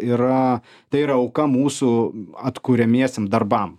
yra tai yra auka mūsų atkuriamiesiem darbam